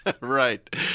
Right